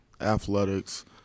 athletics